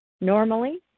Normally